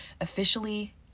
officially